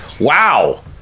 wow